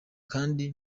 kandi